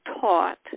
taught